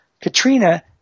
Katrina